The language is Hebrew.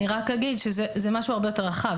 אני אומר שזה משהו הרבה יותר רחב.